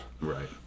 Right